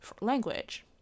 language